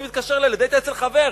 ואני מתקשר לילד: היית אצל חבר?